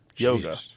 Yoga